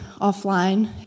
offline